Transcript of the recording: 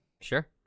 Sure